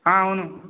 అవును